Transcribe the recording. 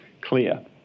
clear